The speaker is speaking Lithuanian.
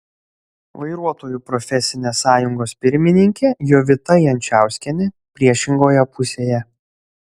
vairuotojų profesinė sąjungos pirmininkė jovita jančauskienė priešingoje pusėje